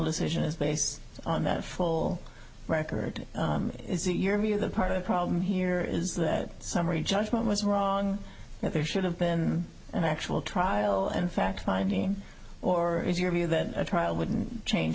decision is based on that full record is it your view that part of the problem here is that summary judgment was wrong and there should have been an actual trial and fact finding or is your view that a trial wouldn't change